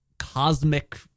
cosmic